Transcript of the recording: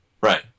Right